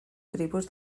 tribus